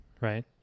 right